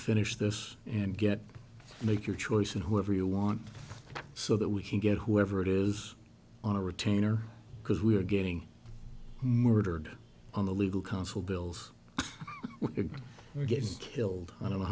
finish this and get make your choice and whoever you want so that we can get whoever it is on a retainer because we are getting murdered on the legal council bills we're getting killed i don't know